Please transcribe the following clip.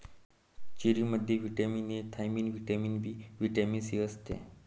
चेरीमध्ये vitamin A, thiamine, vitamin B, vitamin C असते